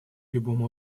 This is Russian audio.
любом